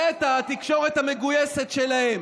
ושהם עשו עלינו